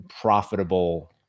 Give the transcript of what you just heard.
profitable